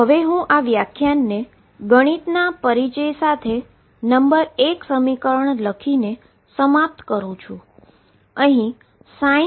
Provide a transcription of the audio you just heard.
તો હવે હુ આ વ્યાખ્યાનને ગણિતના પરિચય સાથે નંબર 1 સમીકરણ લખીને સમાપ્ત કરુ છું